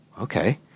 okay